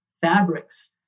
fabrics